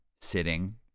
sitting